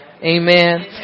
Amen